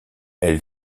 elle